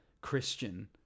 Christian